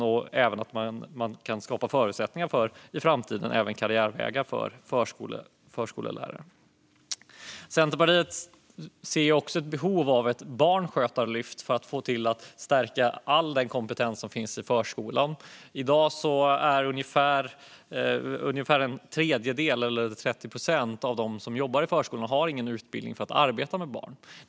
Vi vill i framtiden också skapa förutsättningar för karriärvägar för förskollärare. Centerpartiet ser även behov av ett barnskötarlyft för att stärka all den kompetens som finns i förskolan. I dag har ungefär en tredjedel, 30 procent, av dem som jobbar i förskolan ingen utbildning för att arbeta med barn.